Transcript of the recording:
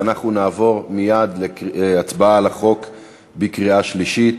ואנחנו נעבור מייד להצבעה על הצעת החוק בקריאה השלישית.